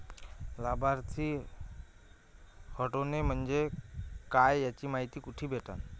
लाभार्थी हटोने म्हंजे काय याची मायती कुठी भेटन?